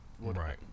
Right